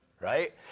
right